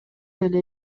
эле